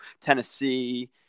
Tennessee